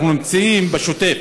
אנחנו נמצאים בשוטף.